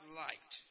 light